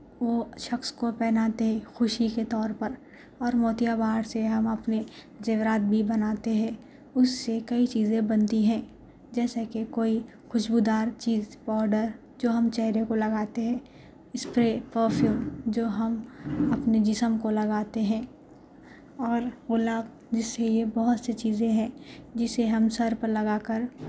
وہ شخص کو پہناتے خوشی کے طور پر اور موتیا بہار سے ہم اپنی زیورات بھی بناتے ہیں اس سے کئی چیزیں بنتی ہیں جیسا کہ کوئی خوشبودار چیز پاؤڈر جو ہم چہرے کو لگاتے ہیں اسپرے پرفیوم جو ہم اپنے جسم کو لگاتے ہیں اور وہ لاگ جس سے یہ بہت سی چیزیں ہیں جسے ہم سر پر لگا کر